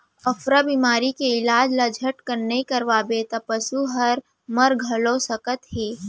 अफरा बेमारी के इलाज ल झटकन नइ करवाबे त पसू हर मन घलौ सकत हे